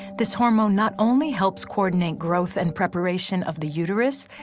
this hormone not only helps coordinate growth and preparation of the uterus,